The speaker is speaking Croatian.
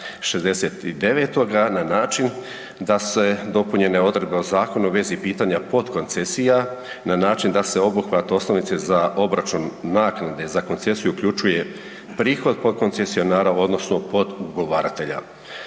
69. na način da se dopunjene odredbe o zakonu u vezi pitanja potkoncesija na način da se obuhvat osnovice za obračun naknade za koncesiju uključuje prihod potkoncesionara odnosno potugovaratelja.